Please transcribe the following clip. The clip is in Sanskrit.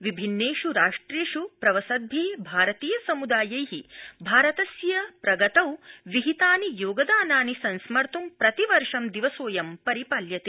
विभिन्नेषु राष्ट्रेषु प्रवसद्भि भारतीय समुदायै भारतस्य उन्नतये विहितानि योगदानानि संस्मत्हैं प्रतिवर्ष दिवसोऽयं परिपाल्यते